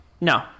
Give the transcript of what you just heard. No